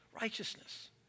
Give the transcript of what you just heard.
Righteousness